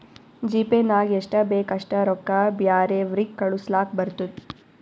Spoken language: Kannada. ಜಿಪೇ ನಾಗ್ ಎಷ್ಟ ಬೇಕ್ ಅಷ್ಟ ರೊಕ್ಕಾ ಬ್ಯಾರೆವ್ರಿಗ್ ಕಳುಸ್ಲಾಕ್ ಬರ್ತುದ್